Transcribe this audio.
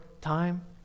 time